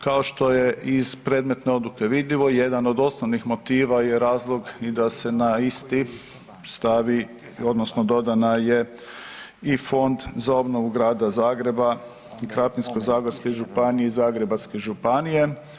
Kao što je iz predmetne odluke vidljivo jedan od osnovnih motiva je razlog i da se na isti stavi odnosno dodana je i Fond za obnovu Grada Zagreba i Krapinsko-zagorske županije i Zagrebačke županije.